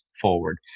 forward